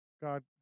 God